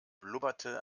blubberte